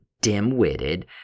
dim-witted